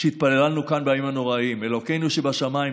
שהתפללנו כאן בימים הנוראים: אלוהינו שבשמיים,